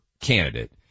candidate